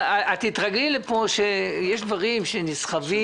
תתרגלי לכך שפה לפעמים יש דברים שנסחבים.